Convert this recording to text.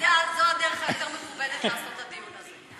נראה לי שזו הדרך היותר-מכובדת לעשות את הדיון הזה.